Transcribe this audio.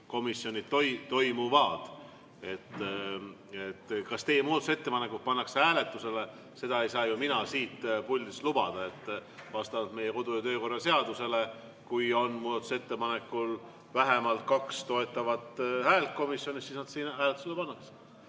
asjad] toimuvad. Kas teie muudatusettepanekud pannakse hääletusele, seda ei saa mina siit puldist lubada. Vastavalt meie kodu- ja töökorra seadusele, kui on muudatusettepanekul vähemalt kaks toetavat häält komisjonis, siis nad siin hääletusele